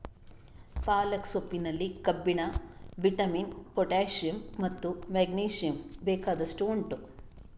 ಪಾಲಕ್ ಸೊಪ್ಪಿನಲ್ಲಿ ಕಬ್ಬಿಣ, vitamin, potassium ಮತ್ತು ಮೆಗ್ನೀಸಿಯಮ್ ಬೇಕಷ್ಟು ಉಂಟು